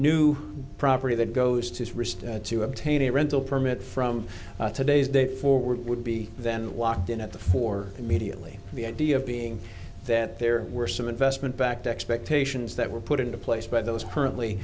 new property that goes to to obtain a rental permit from today's date forward would be then walked in at the four immediately the idea being that there were some investment backed expectations that were put into place by those currently